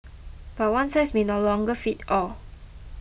but one size may no longer fit all